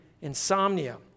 insomnia